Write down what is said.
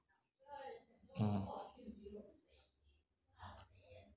mm